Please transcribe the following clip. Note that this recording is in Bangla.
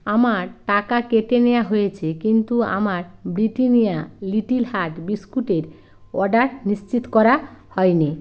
আমার টাকা কেটে নেওয়া হয়েছে কিন্তু আমার ব্রিটানিয়া লিটল হার্ট বিস্কুটের অর্ডার নিশ্চিত করা হয়নি